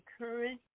current